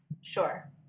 Sure